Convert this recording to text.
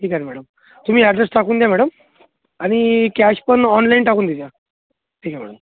ठीक आहे ना मॅडम तुमी ॲड्रेस टाकून द्या मॅडम आणि कॅश पण ऑनलाईन टाकून दे जा ठीक आहे मॅडम